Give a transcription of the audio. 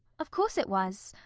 of course it was.